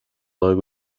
bug